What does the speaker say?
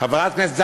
חברת הכנסת זנדברג,